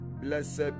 Blessed